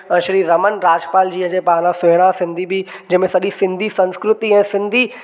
श्री रमण राजपाल जीअ जे पारां सुहिणा सिंधी बि जंहिंमे सॼी सिंधी संस्कृति ऐं सिंधी